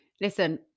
Listen